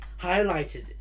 highlighted